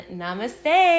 namaste